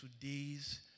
today's